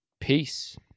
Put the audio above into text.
peace